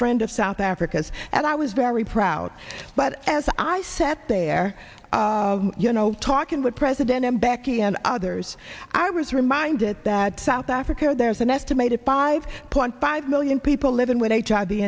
friend of south africa's and i was very proud but as i sat there you know talking with president mbeki and others i was reminded that south africa there's an estimated five point five million people living with h